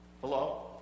Hello